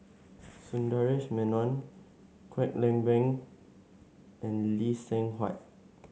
Sundaresh Menon Kwek Leng Beng and Lee Seng Huat